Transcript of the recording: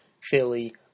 Philly